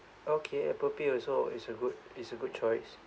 okay Apple Pay also is a good is a good choice